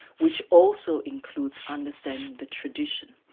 which also includes understanding the tradition.